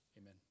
Amen